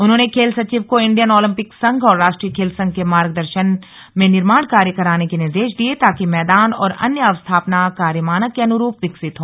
उन्होंने खेल सचिव को इण्डियन ओलंपिक संघ और राष्ट्रीय खेल संघ के मार्गदर्शन में निर्माण कार्य कराने के निर्देश दिये ताकि मैदान और अन्य अवस्थापना कार्य मानक के अनुरूप विकसित हो